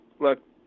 look